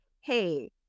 hey